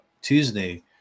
Tuesday